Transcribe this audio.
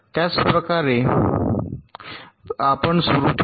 त्याच प्रकारे आपण सुरू ठेवा